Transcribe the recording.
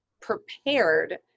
prepared